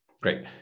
great